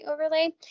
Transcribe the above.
overlay